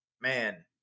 man